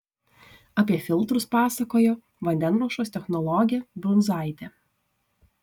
apie filtrus pasakojo vandenruošos technologė brunzaitė